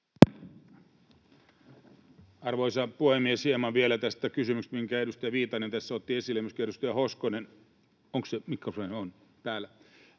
Arvoisa puhemies! Hieman vielä tästä kysymyksestä, minkä edustaja Viitanen tässä otti esille ja myöskin edustaja Hoskonen toi esille: tässä